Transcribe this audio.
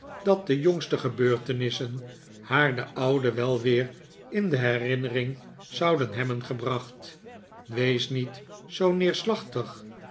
dat de jongste gebeurtenissen haar den oude wel weer in de herinnering zouden hebben gebraoht wees niet zoo neerslachtig